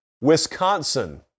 Wisconsin